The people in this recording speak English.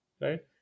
right